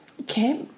Okay